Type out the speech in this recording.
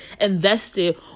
invested